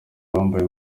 wabaye